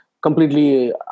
completely